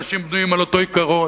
אנשים בנויים על אותו עיקרון.